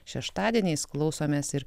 šeštadieniais klausomės ir